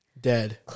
dead